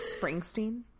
springsteen